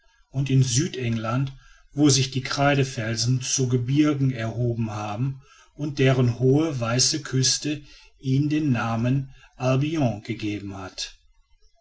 und in südengland wo sich die kreidefelsen zu gebirgen erhoben haben und deren hohe weiße küste ihm den namen albion gegeben hat